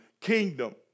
kingdom